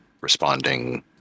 responding